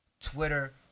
Twitter